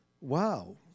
wow